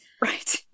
Right